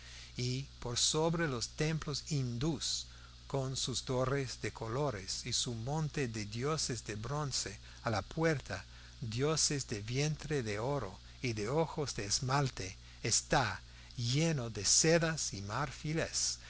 y por sobre los templos hindús con sus torres de colores y su monte de dioses de bronce a la puerta dioses de vientre de oro y de ojos de esmalte está lleno de sedas y marfiles